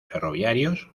ferroviarios